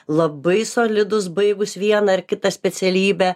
labai solidūs baigus vieną ar kitą specialybę